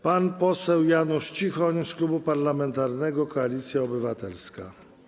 Pan poseł Janusz Cichoń z Klubu Parlamentarnego Koalicja Obywatelska.